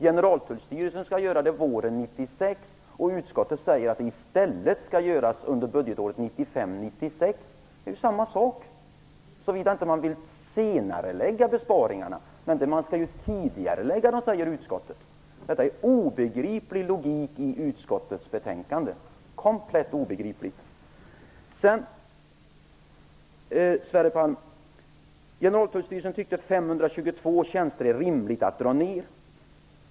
Generaltullstyrelsen skall göra det våren 1996, och utskottet säger att det i stället skall göras under budgetåret Det är ju samma sak, såvida man inte vill senarelägga besparingarna! Men man skall ju tidigarelägga dem, säger utskottet. Detta är en obegriplig logik i utskottets betänkande. Det är komplett obegripligt! Sverre Palm! Generaltullstyrelsen tyckte att det var rimligt att dra ned med 522 tjänster.